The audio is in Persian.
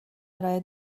ارائه